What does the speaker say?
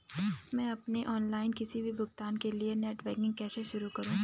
मैं अपने ऑनलाइन किसी भी भुगतान के लिए नेट बैंकिंग कैसे शुरु करूँ?